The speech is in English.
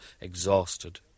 exhausted